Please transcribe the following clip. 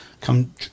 come